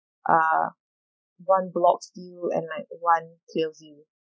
uh one block view and like one clear view